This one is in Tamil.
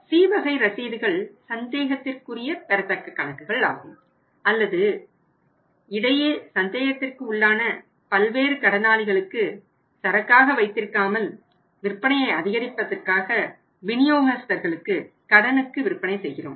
C வகை ரசீதுகள் சந்தேகத்திற்குரிய பெறத்தக்க கணக்குகள் ஆகும் அல்லது இடையே சந்தேகத்திற்கு உள்ளான பல்வேறு கடனாளிகளுக்கு சரக்காக வைத்திருக்காமல் விற்பனையை அதிகரிப்பதற்காக விநியோகஸ்தர்களுக்கு கடனுக்கு விற்பனை செய்கிறோம்